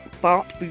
Bart